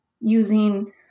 using